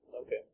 Okay